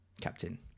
captain